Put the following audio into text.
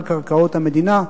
על קרקעות המדינה.